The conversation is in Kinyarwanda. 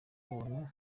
buntu